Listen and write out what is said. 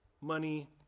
money